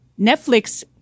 Netflix